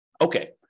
Okay